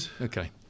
Okay